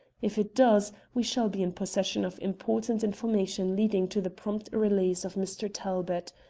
if it does, we shall be in possession of important information leading to the prompt release of mr. talbot.